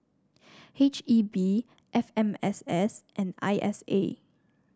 H E B F M S S and I S A